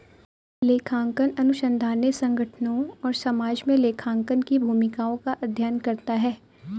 लेखांकन अनुसंधान ने संगठनों और समाज में लेखांकन की भूमिकाओं का अध्ययन करता है